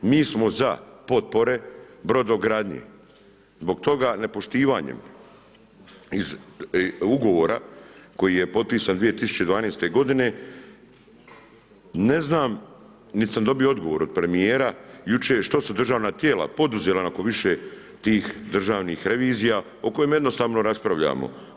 Mi smo za potpore brodogradnje, zbog toga nepoštivanjem ugovora, koji je potpisan 2012. g. ne znam, niti sam dobio odgovor od premjera, jučer, što su držana tijela poduzela, nakon više tih državnih revizija, o kojima jednostavno raspravljamo.